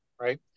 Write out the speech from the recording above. right